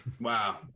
wow